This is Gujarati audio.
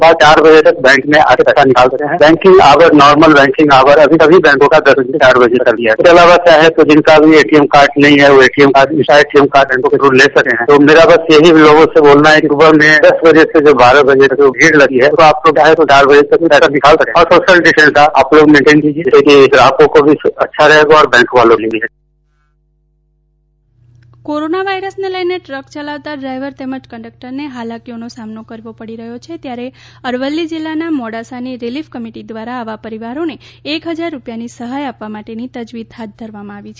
byte lead bank district manager Sanjay Sifa relief committee corona વાઈરસને લઇને દ્રક યલાવતા ડ્રાઈવર તેમજ કંડક્ટરને હાલાકીઓનો સામનો કરવો પડી રહ્યો છે ત્યારે અરવલ્લી જિલ્લાના મોડાસાની રીલિફ કમિટી દ્વારા આવા પરિવારોને એક હજાર રૂપિયાની સહાય આપવા માટેની તજવીજ હાથ ધરવામાં આવી છે